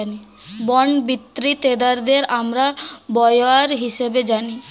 bond বিক্রি ক্রেতাদের আমরা বরোয়ার হিসেবে জানি